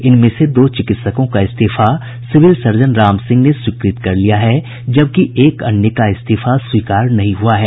इनमें से दो चिकित्सकों का इस्तीफा सिविल सर्जन राम सिंह ने स्वीकृत कर लिया है जबकि एक अन्य का इस्तीफा स्वीकार नहीं हुआ है